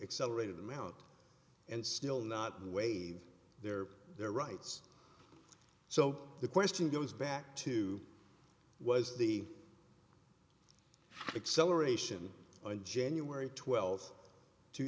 accelerated amount and still not waive their their rights so the question goes back to was the acceleration on january twelfth two